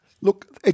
Look